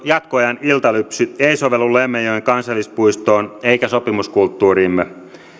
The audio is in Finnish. jatkoajan iltalypsy ei sovellu lemmenjoen kansallispuistoon eikä sopimuskulttuuriimme